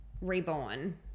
reborn